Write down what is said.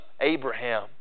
Abraham